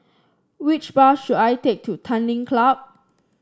which bus should I take to Tanglin Club